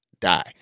Die